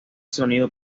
sonido